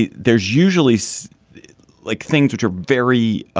yeah there's usually so like things which are very